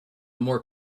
more